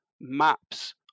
maps